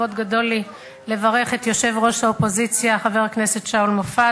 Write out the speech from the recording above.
כבוד גדול לי לברך את יושב-ראש האופוזיציה חבר הכנסת שאול מופז.